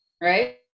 right